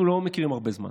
אנחנו לא מכירים הרבה זמן.